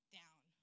down